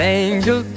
angel